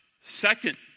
second